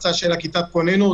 הקפצה של כיתת הכוננות,